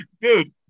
dude